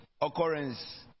occurrence